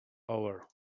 over